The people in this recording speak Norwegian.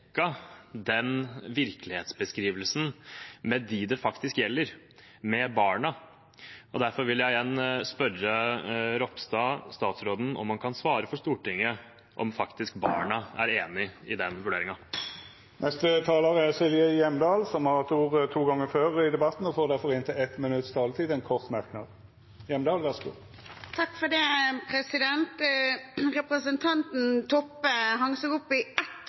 sjekket den virkelighetsbeskrivelsen med dem det faktisk gjelder, med barna. Derfor vil jeg igjen spørre statsråd Ropstad om han overfor Stortinget kan svare på om barna faktisk er enig i den vurderingen. Representanten Silje Hjemdal har hatt ordet to gonger tidlegare og får ordet til ein kort merknad, avgrensa til 1 minutt. Representanten Toppe hengte seg opp i ett